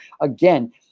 again